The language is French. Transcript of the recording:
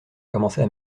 commençait